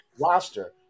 roster